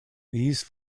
these